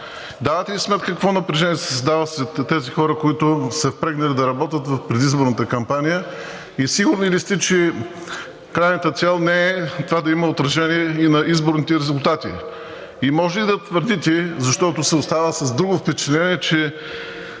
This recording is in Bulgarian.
Давате ли си сметка какво напрежение се създава сред тези хора, които са се впрегнали да работят в предизборната кампания? Сигурни ли сте, че крайната цел не е това да има отражение и на изборните резултати? Може ли да твърдите, защото се остава с друго впечатление, че